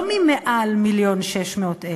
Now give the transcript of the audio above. לא מהסכום מעל 1.6 מיליון.